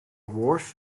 wharf